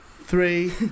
Three